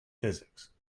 physics